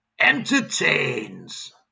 Entertains